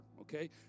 okay